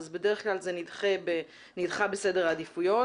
אז בדרך כלל זה נדחה בסדר העדיפויות.